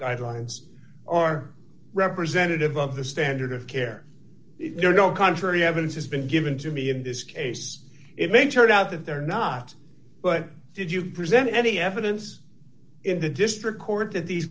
guidelines are representative of the standard of care there are no contrary evidence has been given to me in this case it may turn out that they're not but did you present any evidence in the district court that these